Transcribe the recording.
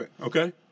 Okay